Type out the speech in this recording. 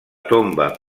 tomba